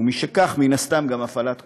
ומשכך, מן הסתם גם הפעלת כוח.